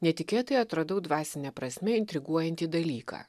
netikėtai atradau dvasine prasme intriguojantį dalyką